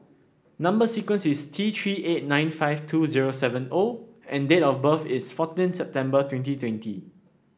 number sequence is T Three eight nine five two zero seven O and date of birth is fourteen September twenty twenty